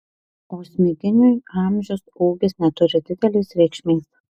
o smiginiui amžius ūgis neturi didelės reikšmės